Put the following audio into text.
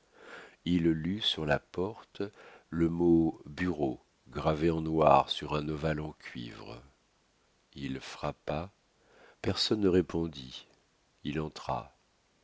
il lut sur la porte le mot bureaux gravé en noir sur un ovale en cuivre il frappa personne ne répondit il entra